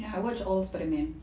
I watch all spiderman